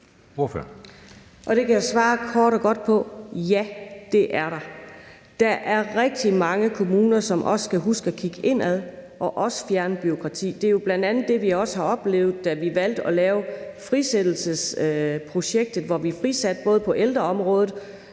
Det kan jeg svare kort og godt på: Ja, det er der. Der er rigtig mange kommuner, som også skal huske at kigge indad og også fjerne bureaukrati. Det er jo bl.a. det, vi også har oplevet, da vi valgte at lave frisættelsesprojektet, hvor vi frisatte både på ældreområdet